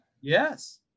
Yes